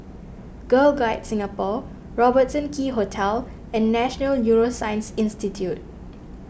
Girl Guides Singapore Robertson Quay Hotel and National Neuroscience Institute